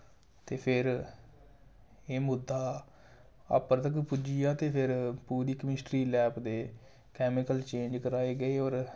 ते फिर एह् मुद्दा अप्पर तक पुज्जी आ ते फिर पूरी केमिस्ट्री लैब दे केमिकल चेंज कराए गे होर